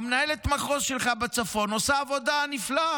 מנהלת המחוז שלך בצפון עושה עבודה נפלאה,